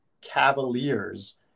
Cavaliers